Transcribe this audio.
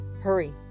Hurry